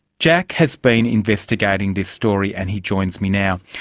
jack has been investigating this story and he joins me now.